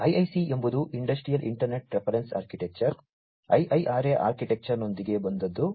IIC ಎಂಬುದು industrial internet reference architecture IIRA ಆರ್ಕಿಟೆಕ್ಚರ್ನೊಂದಿಗೆ ಬಂದದ್ದು